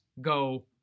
go